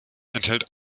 enthält